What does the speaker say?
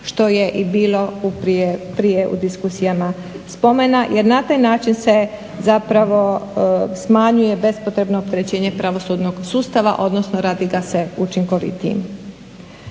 što je i bilo u prije, prije u diskusijama spomena, jer na taj način se zapravo smanjuje bespotrebno opterećenje pravosudnog sustava, odnosno radi ga se učinkovitijim.